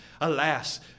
alas